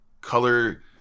color